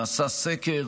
נעשה סקר